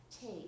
take